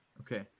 Okay